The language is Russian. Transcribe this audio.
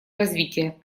развития